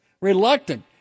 reluctant